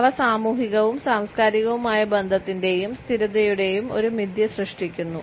അവ സാമൂഹികവും സാംസ്കാരികവുമായ ബന്ധത്തിന്റെയും സ്ഥിരതയുടെയും ഒരു മിഥ്യ സൃഷ്ടിക്കുന്നു